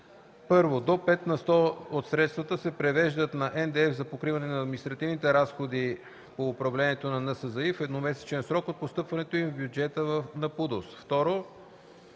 1. до 5 на сто от средствата се превеждат на НДЕФ за покриване на административните разходи по управлението на НСЗИ в едномесечен срок от постъпването им в бюджета на ПУДООС;